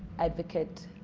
advocate